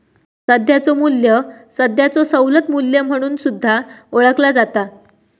सध्याचो मू्ल्य सध्याचो सवलत मू्ल्य म्हणून सुद्धा ओळखला जाता